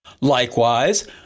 Likewise